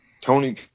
Tony